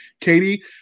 Katie